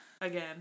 Again